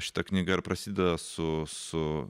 šita knyga ir prasideda su su